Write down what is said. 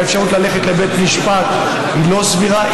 והאפשרות ללכת לבית משפט היא לא סבירה,